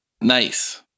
Nice